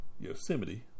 Yosemite